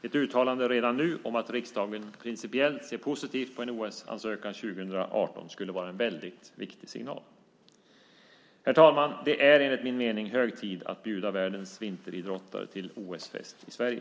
Ett uttalande redan nu om att riksdagen principiellt ser positivt på en OS-ansökan 2018 vore en mycket viktig signal. Herr talman! Det är enligt min mening hög tid att bjuda världens vinteridrottare till OS-fest i Sverige.